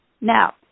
Now